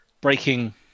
breaking